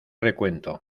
recuento